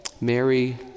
Mary